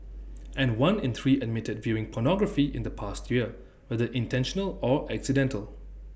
and one in three admitted viewing pornography in the past year whether intentional or accidental